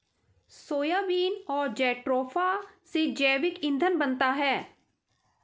soybean और jatropha से जैविक ईंधन बनता है